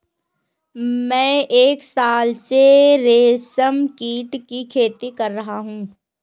मैं एक साल से रेशमकीट की खेती कर रहा हूँ